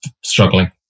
struggling